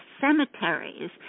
cemeteries